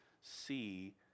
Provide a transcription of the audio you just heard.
see